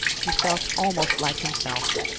he felt almost like himself.